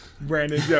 Brandon